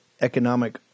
economic